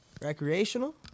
Recreational